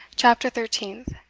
chapter thirteenth.